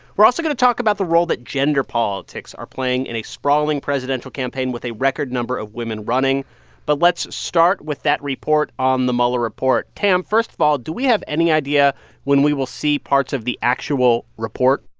we're also going to talk about the role that gender politics are playing in a sprawling presidential campaign with a record number of women running but let's start with that report on the mueller report. tam, first of all, do we have any idea when we will see parts of the actual report?